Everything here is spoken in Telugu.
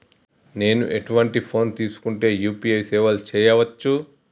నేను ఎటువంటి ఫోన్ తీసుకుంటే యూ.పీ.ఐ సేవలు చేయవచ్చు?